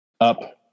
up